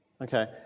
Okay